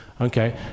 Okay